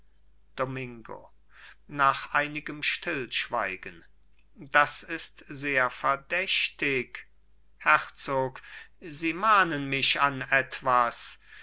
domingo nach einigem stillschweigen das ist sehr verdächtig herzog sie mahnen mich an etwas